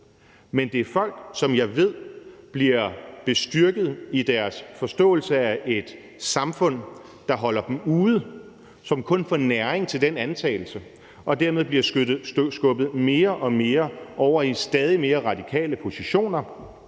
men det er folk, som jeg ved bliver bestyrket i deres forståelse af et samfund, der holder dem ude, og som kun får næring til den antagelse og dermed bliver skubbet mere og mere over i stadig mere radikale positioner